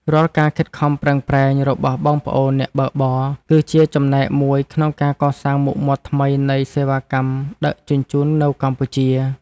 រាល់ការខិតខំប្រឹងប្រែងរបស់បងប្អូនអ្នកបើកបរ គឺជាចំណែកមួយក្នុងការកសាងមុខមាត់ថ្មីនៃសេវាកម្មដឹកជញ្ជូននៅកម្ពុជា។